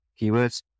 keywords